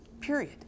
period